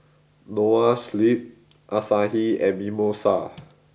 Noa Sleep Asahi and Mimosa